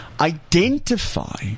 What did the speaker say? Identify